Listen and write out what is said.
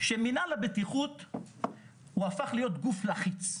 שמנהל הבטיחות הפך להיות גוף לחיץ.